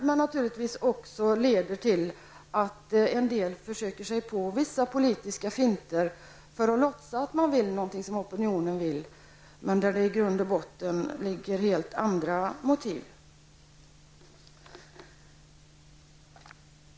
Men sådant leder också till att en del försöker sig på vissa politiska finter för att låtsas att man vill något som opinionen vill. Men i botten ligger helt andra motiv.